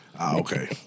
Okay